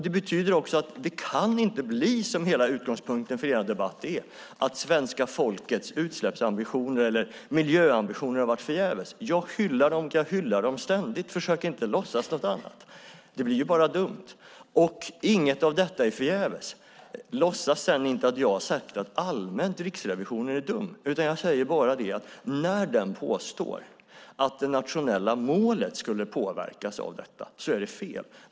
Det betyder också att det inte kan bli som hela utgångspunkten för er debatt är, nämligen att svenska folkets utsläppsambitioner eller miljöambitioner har varit förgäves. Jag hyllar dem. Jag hyllar dem ständigt. Försök inte låtsas någonting annat! Det blir bara dumt. Inget av detta är förgäves. Låtsas sedan inte att jag har sagt att Riksrevisionen är allmänt dum! Jag säger bara att när den påstår att det nationella målet skulle påverkas av detta är det fel.